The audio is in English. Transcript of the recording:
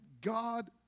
God